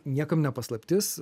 niekam ne paslaptis